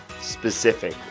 specific